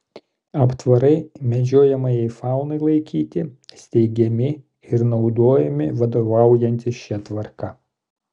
aptvarai medžiojamajai faunai laikyti steigiami ir naudojami vadovaujantis šia tvarka